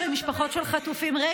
אני בקשר עם משפחות של חטופים, לא ענייני.